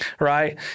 right